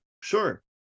sure